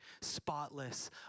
spotless